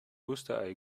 osterei